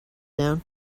down